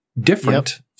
different